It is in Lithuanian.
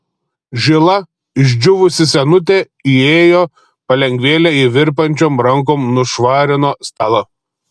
žila išdžiūvusi senutė įėjo palengvėle ir virpančiom rankom nušvarino stalą